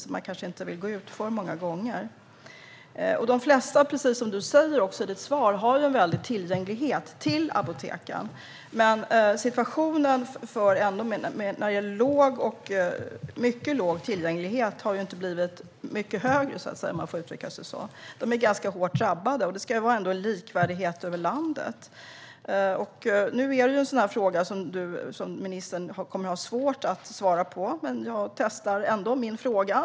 De kanske inte vill gå ut för många gånger. Precis som du säger i ditt svar har de flesta en väldig tillgänglighet till apoteken. Men situationen när det gäller låg och mycket låg tillgänglighet har inte blivit mycket högre, om man får uttrycka sig så. De människorna är ganska hårt drabbade. Det ska vara en likvärdighet över landet. Nu har jag en fråga som ministern kommer att ha svårt att svara på, men jag testar ändå min fråga.